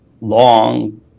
long